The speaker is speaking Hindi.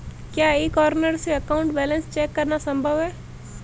क्या ई कॉर्नर से अकाउंट बैलेंस चेक करना संभव है?